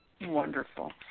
wonderful